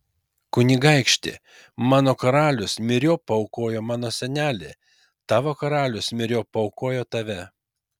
kunigaikšti mano karalius myriop paaukojo mano senelį tavo karalius myriop paaukojo tave